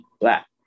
black